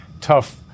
tough